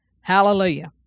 Hallelujah